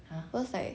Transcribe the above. cause like